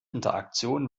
interaktion